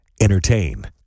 Entertain